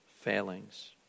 failings